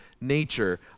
nature